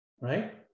Right